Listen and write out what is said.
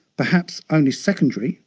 perhaps only secondary,